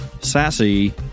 sassy